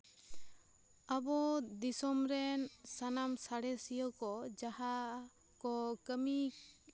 ᱟᱵᱚ ᱫᱤᱥᱚᱢ ᱨᱮᱱ ᱥᱟᱱᱟ ᱥᱟᱬᱮᱥᱤᱭᱟᱹ ᱠᱚ ᱡᱟᱦᱟᱸ ᱠᱚ ᱠᱟᱹᱢᱤ